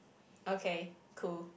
okay cool